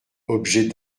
objet